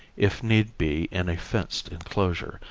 if need be in a fenced enclosure,